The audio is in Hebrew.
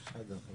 אני